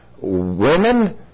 women